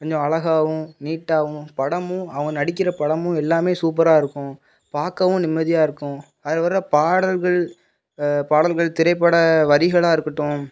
கொஞ்சம் அழகாவும் நீட்டாகவும் படமும் அவங்க நடிக்கிற படமும் எல்லாமே சூப்பராக இருக்கும் பார்க்கவும் நிம்மதியாக இருக்கும் அதில் வர்ற பாடல்கள் பாடல்கள் திரைப்பட வரிகளாக இருக்கட்டும்